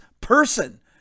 person